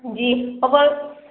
جی اور وہ